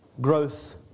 growth